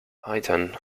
titan